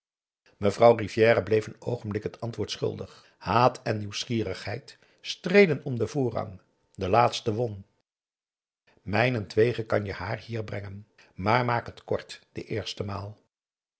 mevrouw rivière bleef een oogenblik het antwoord schuldig haat en nieuwsgierigheid streden om den voorrang de laatste won mijnentwege kan je haar hier brengen maar maak het kort de eerste maal